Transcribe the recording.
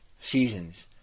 seasons